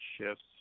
shifts